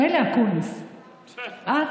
מילא אקוניס, את?